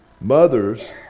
mothers